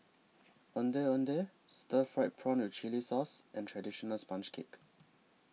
Ondeh Ondeh Stir Fried Prawn with Chili Sauce and Traditional Sponge Cake